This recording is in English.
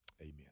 Amen